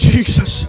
Jesus